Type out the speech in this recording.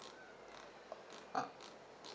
uh